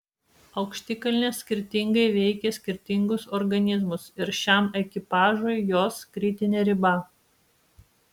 aukštikalnės skirtingai veikia skirtingus organizmus ir šiam ekipažui jos kritinė riba